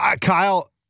Kyle